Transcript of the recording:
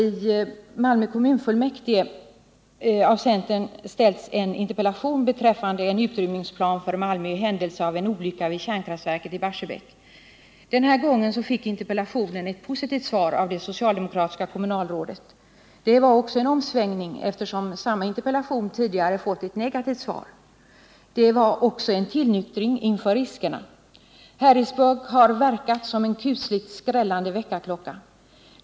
I Malmö kommunfullmäktige ställde en centerledamot en interpellation beträffande en utrymningsplan för Malmö i händelse av en olycka vid kärnkraftverket i Barsebäck. Denna gång fick interpellanten ett positivt svar av det socialdemokratiska kommunalrådet. Det var också en omsvängning, eftersom samma interpellation tidigare hade fått ett negativt svar. Det visar också på en tillnyktring inför riskerna. Harrisburgsolyckan har verkat som en kusligt skrällande väckarklocka.